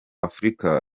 africa